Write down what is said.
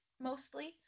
mostly